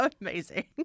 amazing